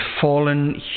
fallen